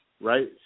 right